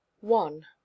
One